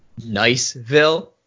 Niceville